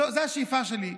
זו השאיפה שלי.